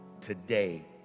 today